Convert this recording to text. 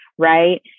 Right